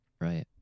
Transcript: right